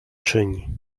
czyni